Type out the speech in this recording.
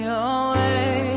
away